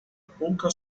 pouca